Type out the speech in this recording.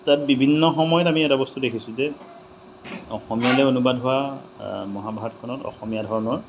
তাত বিভিন্ন সময়ত আমি এটা বস্তু দেখিছোঁ যে অসমীয়ালৈ অনুবাদ হোৱা মহাভাৰতখনত অসমীয়া ধৰণৰ